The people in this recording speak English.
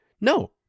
no